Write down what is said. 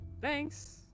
thanks